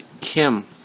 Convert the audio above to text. Kim